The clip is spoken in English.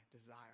desire